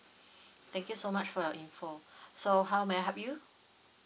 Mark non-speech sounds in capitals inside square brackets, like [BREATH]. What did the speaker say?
[BREATH] thank you so much for your info so how may I help you